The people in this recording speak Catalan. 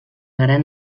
gran